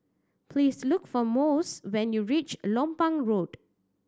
please look for Mossie when you reach Lompang Road